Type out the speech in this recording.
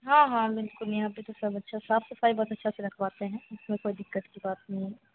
हाँ हाँ बिलकुल यहाँ पर तो सब अच्छा साफ़ सफ़ाई बहुत अच्छे से रखवाते हैं इसमें कोई दिक्कत की बात नहीं है